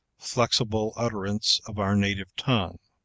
flexible utterance of our native tongue.